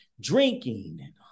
drinking